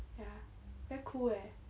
yeah very cool eh